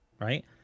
right